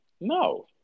No